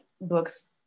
books